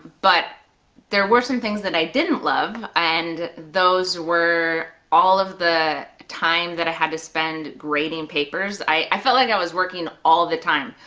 but there were some things that i didn't love, and those were all of the time that i had to spend grading papers. i i felt like i was working all the time.